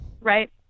right